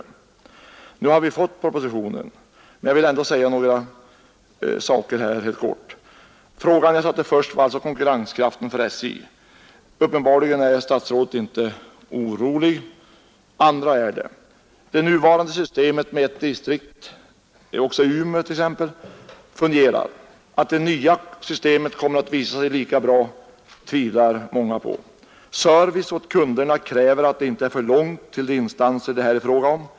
Nu har vi alltså fått propositionen, men jag vill ändå säga några ord helt kort. Min första fråga gällde alltså SJ:s konkurrenskraft. Statsrådet Norling är uppenbarligen inte orolig, men andra är det. Det nuvarande systemet med ett distrikt i Umeå fungerar. Att det nya systemet kommer att visa sig lika bra, tvivlar många på. Servicen åt kunderna kräver att det inte är för långt till de instanser det här är fråga om.